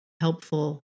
helpful